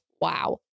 Wow